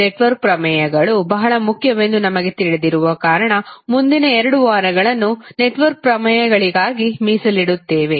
network ಪ್ರಮೇಯಗಳು ಬಹಳ ಮುಖ್ಯವೆಂದು ನಮಗೆ ತಿಳಿದಿರುವ ಕಾರಣ ಮುಂದಿನ 2 ವಾರಗಳನ್ನು ನೆಟ್ವರ್ಕ್ ಪ್ರಮೇಯಗಳಿಗಾಗಿ ಮೀಸಲಿಡುತ್ತೇವೆ